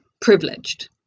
privileged